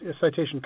citation